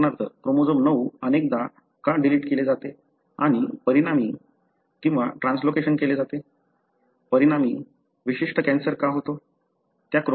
उदाहरणार्थ क्रोमोझोम 9 अनेकदा का डिलीट केले जाते आणि परिणामी किंवा ट्रान्स्लोकेशन केले जाते परिणामी विशिष्ट कॅन्सर का होतो